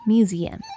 Museum